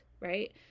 right